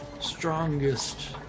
strongest